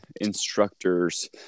instructors